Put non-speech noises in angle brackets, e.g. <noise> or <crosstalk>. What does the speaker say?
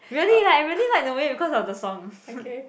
really lah I really like the movie because of the song <laughs>